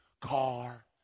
car